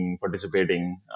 participating